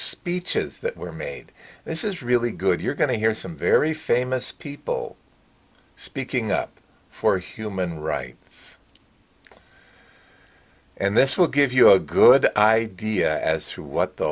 speeches that were made this is really good you're going to hear some very famous people speaking up for human rights and this will give you a good idea as to what the